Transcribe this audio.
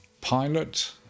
pilot